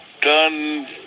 done